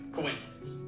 Coincidence